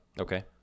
Okay